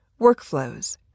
workflows